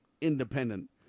independent